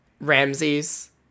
Ramses